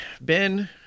Ben